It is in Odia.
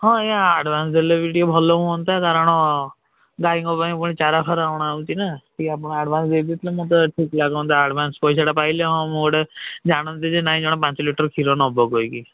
ହଁ ଆଜ୍ଞା ଆଡ଼ଭାନ୍ସ ଦେଲେ ବି ଟିକେ ଭଲ ହୁଅନ୍ତା କାରଣ ଗାଈଙ୍କ ପାଇଁ ପୁଣି ଚାରା ଫାରା ଅଣାହେଉଛି ନା କି ଆପଣ ଆଡ଼ଭାନ୍ସ ଦେଇ ଦେଇଥିଲେ ମୋତେ ଠିକ୍ ଲାଗନ୍ତା ଆଡ଼ଭାନ୍ସ ପଇସାଟା ପାଇଲି ହଁ ମୁଁ ଗୋଟେ ଜାଣନ୍ତି ଯେ ନାହିଁ ଜଣେ ପାଞ୍ଚ ଲିଟର କ୍ଷୀର ନେବ କହିକି